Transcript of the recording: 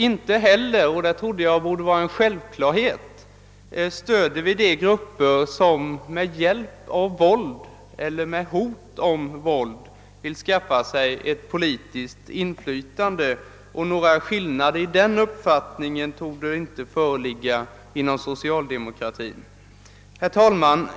Inte heller — och det trodde jag var en självklarhet — stöder vi grupper som med våld eller med hot om våld vill skaffa sig ett politiskt inflytande. Någon skillnad i uppfattning härvidlag torde inte föreligga inom socialdemokratin. Herr talman!